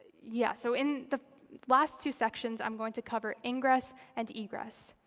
yeah so in the last two sections, i'm going to cover ingress and egress.